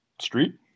Street